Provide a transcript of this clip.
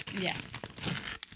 Yes